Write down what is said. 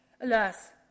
Alas